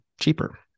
cheaper